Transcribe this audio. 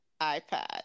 iPad